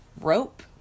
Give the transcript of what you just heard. rope